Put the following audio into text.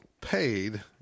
paid